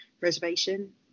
reservation